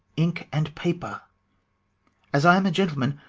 ink, and paper as i am a gentleman,